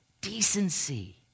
decency